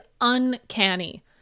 uncanny